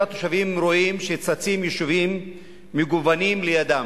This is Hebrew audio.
התושבים רואים שצצים יישובים מגוונים לידם,